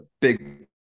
big